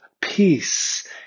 peace